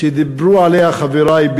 שדיברו עליה חברי,